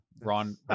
Ron